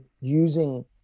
using